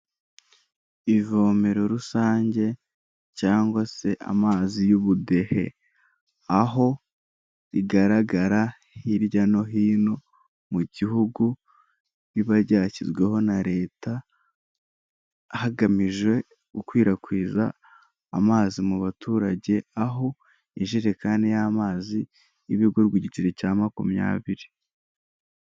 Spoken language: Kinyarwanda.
Ivomero rusange cyangwa se amazi y'ubudehe, aho rigaragara hirya no hino mu gihugu, riba ryashyizweho na leta hagamijwe gukwirakwiza amazi mu baturage, aho ijerekani y'amazi iba igurwa igiceri cya makumyabiri.